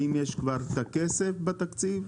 האם כבר יש את הכסף בתקציב?